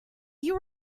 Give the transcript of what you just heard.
you